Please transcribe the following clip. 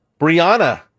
Brianna